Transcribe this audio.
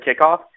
kickoff